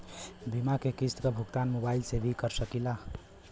बीमा के किस्त क भुगतान मोबाइल से भी कर सकी ला?